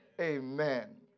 Amen